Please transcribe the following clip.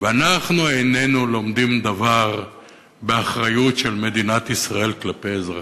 ואנחנו איננו לומדים דבר באחריות של מדינת ישראל כלפי אזרחיה.